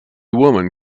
woman